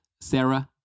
Sarah